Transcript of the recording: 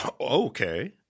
Okay